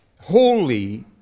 holy